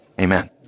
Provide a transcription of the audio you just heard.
Amen